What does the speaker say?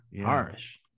Harsh